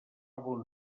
bon